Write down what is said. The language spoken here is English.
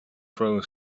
throwing